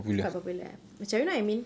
quite popular eh macam you know what I mean